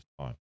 time